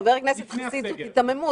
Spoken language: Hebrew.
חבר הכנסת חסיד, זו היתממות.